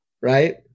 right